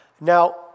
Now